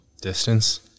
Distance